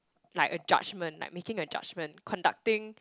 like a judgement like making a judgement conducting